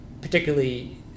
particularly